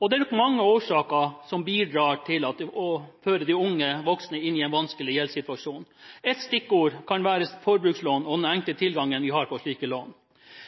og det er nok mange årsaker som bidrar til å føre de unge voksne inn i en vanskelig gjeldssituasjon. Ett stikkord kan være forbrukslån og den enkle tilgangen vi har til slike lån.